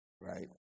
right